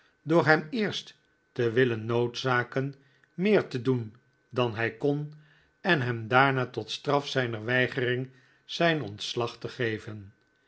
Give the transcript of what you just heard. door hem eerst te willen noodzaken meer te doen dan hij kon en hem daarna tot straf zijner weigering zijn ontslag te geven